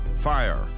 Fire